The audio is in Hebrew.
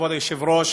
כבוד היושב-ראש,